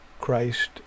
Christ